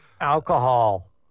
Alcohol